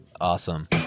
Awesome